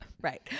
Right